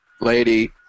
lady